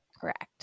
correct